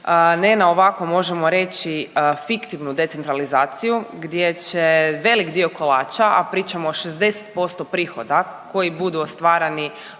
Ne na ovako možemo reći fiktivnu decentralizaciju gdje će velik dio kolača, a pričamo o 60% prihoda koji budu ostvarani,